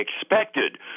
expected